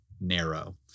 narrow